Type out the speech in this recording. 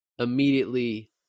Immediately